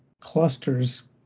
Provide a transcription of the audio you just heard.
clusters